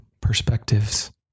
perspectives